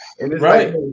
right